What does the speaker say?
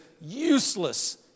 useless